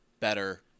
better